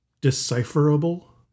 Decipherable